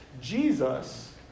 Jesus